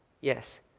Yes